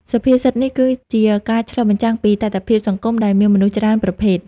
សុភាសិតនេះគឺជាការឆ្លុះបញ្ចាំងពីតថភាពសង្គមដែលមានមនុស្សច្រើនប្រភេទ។